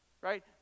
right